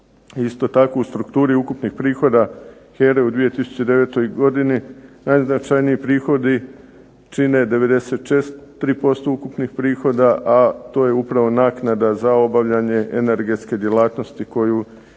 Isto tako u strukturi ukupnih prihoda HERA-e u 2009. godini najznačajniji prihodi čine 94% ukupnih prihoda, a to je upravo naknada za obavljanje energetske djelatnosti koju energetski